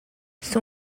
son